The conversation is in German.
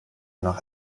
nach